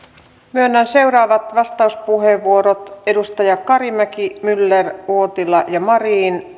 myönnän seuraavat vastauspuheenvuorot edustaja karimäki myller uotila ja marin